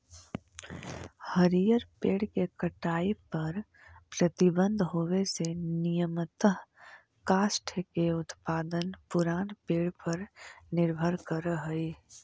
हरिअर पेड़ के कटाई पर प्रतिबन्ध होवे से नियमतः काष्ठ के उत्पादन पुरान पेड़ पर निर्भर करऽ हई